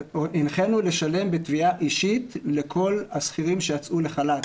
לשלם בתביעה אישית לכל השכירים שיצאו לחל"ת,